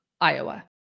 Iowa